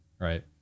right